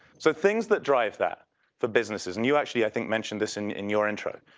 so things that drive that for businesses, and you actually i think mentioned this in in your intro.